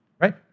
right